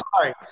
sorry